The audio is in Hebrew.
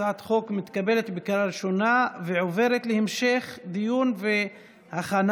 הצעת החוק מתקבלת בקריאה ראשונה ועוברת להמשך דיון והכנה